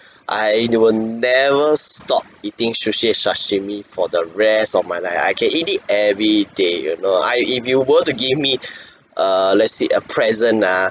I will never stop eating sushi and sashimi for the rest of my life I can eat it every day you know I if you were to give me a let's say a present ah